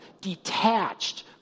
detached